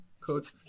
quotes